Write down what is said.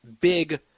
big